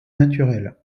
naturelle